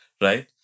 right